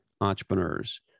entrepreneurs